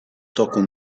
tocam